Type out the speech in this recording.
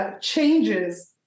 changes